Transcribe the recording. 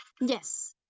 Yes